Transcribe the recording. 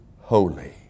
holy